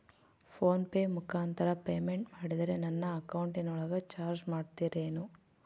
Phone pay ಮುಖಾಂತರ payment ಮಾಡಿದರೆ ನನ್ನ ಅಕೌಂಟಿನೊಳಗ ಚಾರ್ಜ್ ಮಾಡ್ತಿರೇನು?